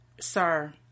sir